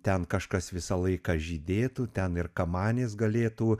ten kažkas visą laiką žydėtų ten ir kamanės galėtų